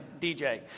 DJ